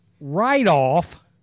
write-off